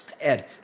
ed